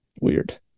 Weird